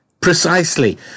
Precisely